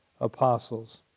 apostles